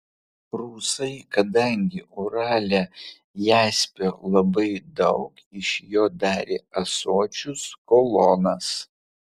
rusai kadangi urale jaspio labai daug iš jo darė ąsočius kolonas